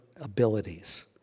abilities